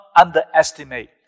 underestimate